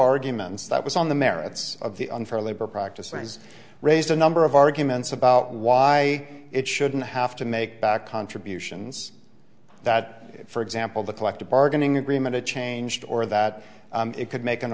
arguments that was on the merits of the unfair labor practice and has raised a number of arguments about why it shouldn't have to make back contributions that for example the collective bargaining agreement it changed or that it could make an